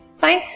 Fine